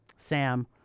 Sam